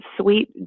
sweet